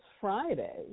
Friday